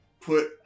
put